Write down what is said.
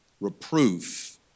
reproof